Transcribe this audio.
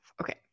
Okay